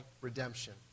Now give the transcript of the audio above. redemption